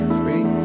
free